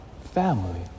family